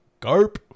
Garp